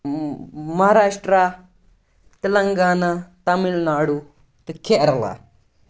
مہاراشٹرٛا تِلنٛگانَہ تامِل ناڈوٗ تہٕ کیرالا